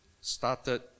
started